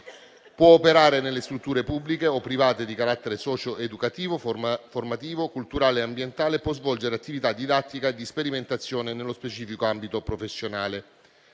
può operare nelle strutture pubbliche o private di carattere socio-educativo, formativo, culturale e ambientale e può svolgere attività didattica e di sperimentazione nello specifico ambito professionale.